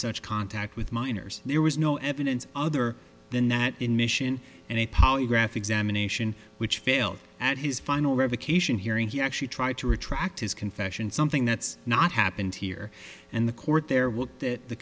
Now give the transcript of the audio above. such contact with minors there was no evidence other than that in mission and a polygraph examination which failed at his final revocation hearing he actually tried to retract his confession something that's not happened here and the court there